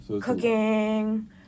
cooking